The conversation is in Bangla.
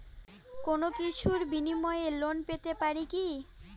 কোনো কিছুর বিনিময়ে লোন পেতে পারি কি?